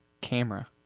camera